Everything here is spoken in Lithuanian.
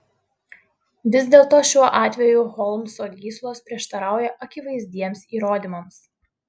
vis dėlto šiuo atveju holmso gyslos prieštarauja akivaizdiems įrodymams